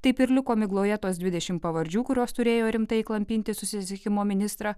taip ir liko migloje tos dvidešimt pavardžių kurios turėjo rimtai įklampinti susisiekimo ministrą